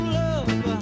love